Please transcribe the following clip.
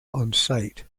onsite